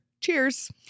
Cheers